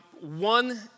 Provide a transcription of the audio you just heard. one